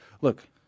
look